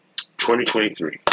2023